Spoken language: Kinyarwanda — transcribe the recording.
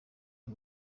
y’u